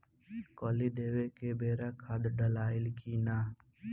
कली देवे के बेरा खाद डालाई कि न?